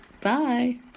bye